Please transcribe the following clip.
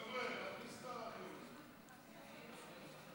סגן השר הרב יצחק